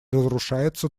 разрушается